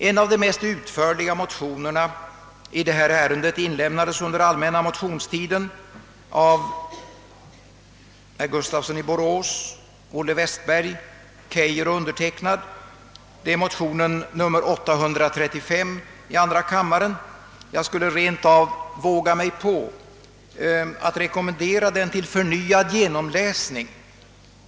En av de mest utförliga motionerna i detta ärende inlämnades under den allmänna motionstiden av herrar Gustafsson i Borås, Olle Westberg, Keijer och mig, nämligen motionen II: 835, och jag skulle rent av kunna våga mig på att rekommendera den till förnyad genomläsning.